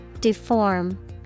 Deform